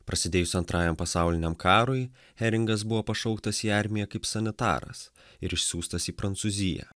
prasidėjus antrajam pasauliniam karui heringas buvo pašauktas į armiją kaip sanitaras ir išsiųstas į prancūziją